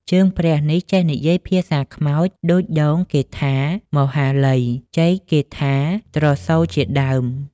ជើងព្រះនេះ ចេះនិយាយភាសាខ្មោច ដូចដូង គេថា "មហាលៃ" ចេក គេថា "ត្រសូល" ជា ដើម ។